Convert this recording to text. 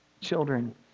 children